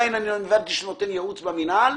אני מבין שהוא עדיין נותן ייעוץ במינהל.